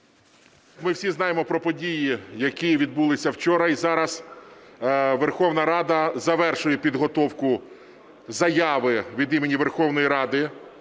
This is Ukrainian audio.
ми всі знаємо про події, які відбулися вчора. І зараз Верховна Рада завершує підготовку заяви від імені Верховної Ради,